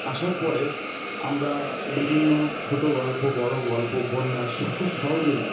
আসার পরে আমরা বিভিন্ন ছোটো গল্প বড়ো গল্প উপন্যাস খুব সহজেই